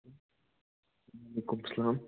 وعلیکُم سلام